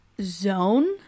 zone